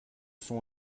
sont